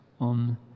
on